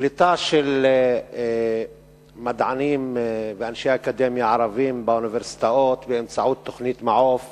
קליטה של מדענים ואנשי אקדמיה ערבים באוניברסיטאות באמצעות תוכנית מעו"ף